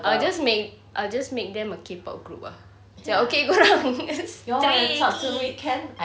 I'll just make I'll just make them a K-pop group ah then okay go around and stray kids